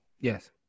Yes